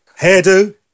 Hairdo